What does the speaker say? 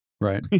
Right